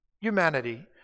humanity